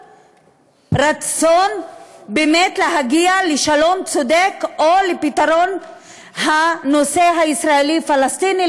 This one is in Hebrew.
רצון באמת להגיע לשלום צודק או לפתרון הנושא הישראלי פלסטיני,